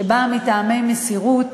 שבאה מטעמי מסירות.